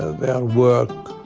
their work,